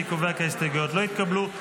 אני קובע כי ההסתייגויות לא התקבלו.